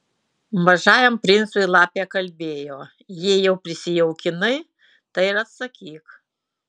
mažajam princui lapė kalbėjo jei jau prisijaukinai tai ir atsakyk